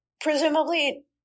presumably